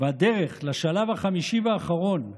והדרך לשלב החמישי והאחרון,